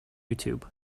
youtube